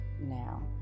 now